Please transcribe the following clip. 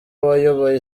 wayoboye